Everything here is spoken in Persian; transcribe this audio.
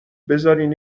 بذارین